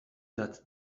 that